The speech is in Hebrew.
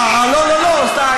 לא לא לא, אה, לא, לא, לא.